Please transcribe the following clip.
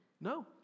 no